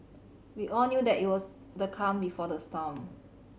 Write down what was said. we all knew that it was the calm before the storm